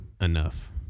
enough